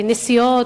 נסיעות,